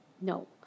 No